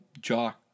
jock